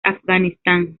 afganistán